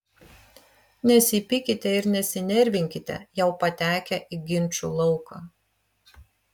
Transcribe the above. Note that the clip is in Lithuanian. nesipykite ir nesinervinkite jau patekę į ginčų lauką